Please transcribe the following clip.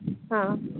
हाँ